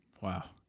Wow